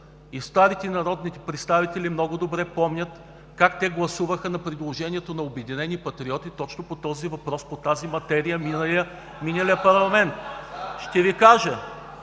Старите народни представители много добре помнят как те гласуваха по предложението на „Обединените патриоти“ точно по този въпрос, по тази материя в миналия парламент. (Възгласи